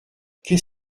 qu’est